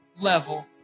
level